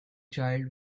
child